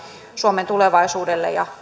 suomen tulevaisuuteen ja